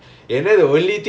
oh how